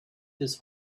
his